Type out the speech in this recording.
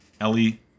Ellie